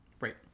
Right